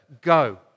go